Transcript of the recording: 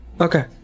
Okay